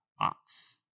ox